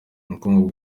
ubukungu